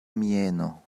mieno